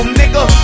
nigga